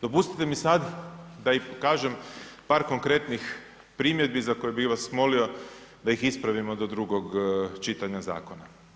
Dopustite mi sad da i pokažem par konkretnih primjedbi za koje bih vas molimo da ih ispravimo do drugog čitanja zakona.